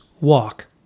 walk